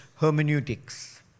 hermeneutics